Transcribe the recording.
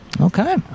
Okay